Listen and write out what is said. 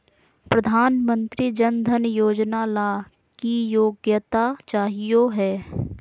प्रधानमंत्री जन धन योजना ला की योग्यता चाहियो हे?